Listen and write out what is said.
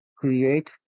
Create